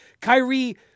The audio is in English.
Kyrie